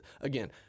again